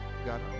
God